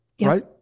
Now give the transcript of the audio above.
right